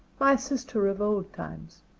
my sister of old times!